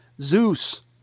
Zeus